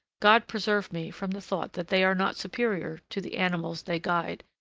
god preserve me from the thought that they are not superior to the animals they guide,